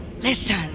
Listen